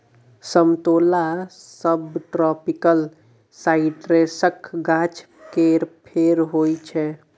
समतोला सबट्रापिकल साइट्रसक गाछ केर फर होइ छै